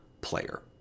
player